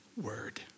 word